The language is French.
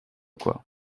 quoi